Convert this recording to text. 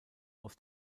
aus